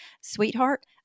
Sweetheart